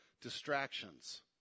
Distractions